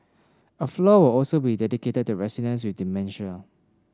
a floor will also be dedicated to residents with dementia